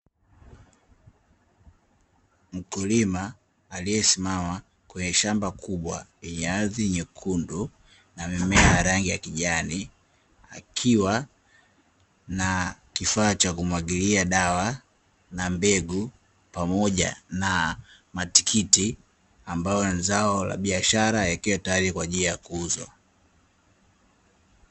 Mkulima aliyesimama kwenye shamba kubwa lenye ardhi nyekundu na mimea ya rangi ya kijani, akiwa na kifaa cha kumwagilia dawa na mbegu pamoja na matikiti ambayo ni zao la biashara likiwa tayari kwa ajili ya kuuzwa.